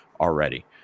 already